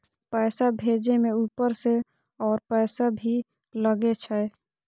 पैसा भेजे में ऊपर से और पैसा भी लगे छै?